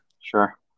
Sure